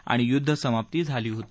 आणि युद्धसमाप्ती झाली होती